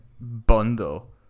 bundle